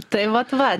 tai vat va